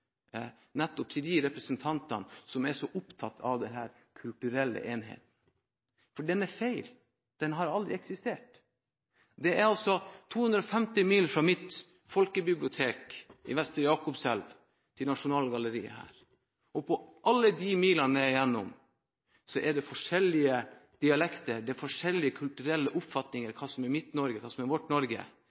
nettopp de representantene som er så opptatt av denne kulturelle enheten. For den er feil – den har aldri eksistert. Det er 250 mil fra mitt folkebibliotek i Vestre Jakobselv til Nasjonalgalleriet, og langs alle de milene nedover er det forskjellige dialekter, forskjellige kulturelle oppfatninger av hva som er mitt og vårt Norge,